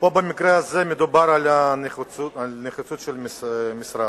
במקרה הזה מדובר על נחיצות של משרד.